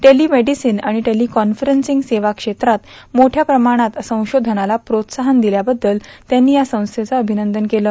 टेर्लर्मोडसीन आर्गण टेर्लकॉन्फरन्सिंग सेवा क्षेत्रात मोठ्या प्रमाणात संशोधनाला प्रोत्साहन दिल्याबद्दल त्यांनी संस्थेचं र्आभनंदन केलं